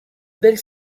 belle